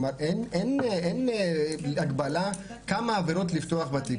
כלומר אין הגבלה כמה עבירות לפתוח בתיק,